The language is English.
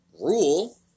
rule